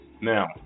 Now